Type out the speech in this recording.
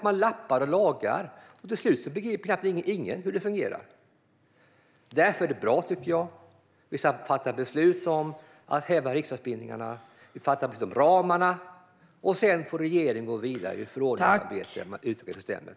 Man lappar och lagar, och till slut begriper knappt någon hur det fungerar. Därför tycker jag att det är bra om vi fattar beslut om att häva riksdagsbindningarna. Vi ska fatta beslut om ramarna, sedan får regeringen gå vidare i förordningsarbetet med hur man vill utveckla systemet.